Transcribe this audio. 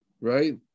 right